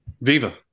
Viva